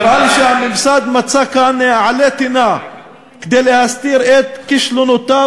נראה לי שהממסד מצא כאן עלה תאנה כדי להסתיר את כישלונותיו